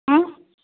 आ